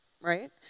right